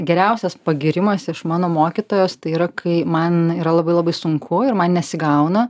geriausias pagyrimas iš mano mokytojos tai yra kai man yra labai labai sunku ir man nesigauna